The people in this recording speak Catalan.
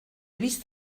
vist